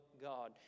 God